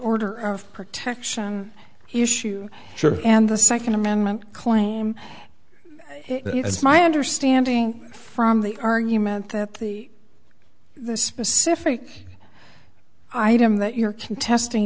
order of protection issue sure and the second amendment claim it's my understanding from the argument that the the specific item that you're contesting